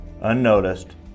unnoticed